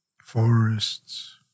forests